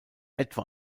etwa